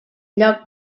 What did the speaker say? lloc